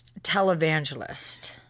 televangelist